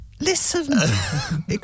Listen